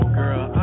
girl